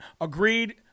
agreed